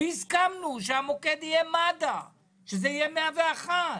והסכמנו שהמוקד יהיה מד"א, שזה יהיה 101,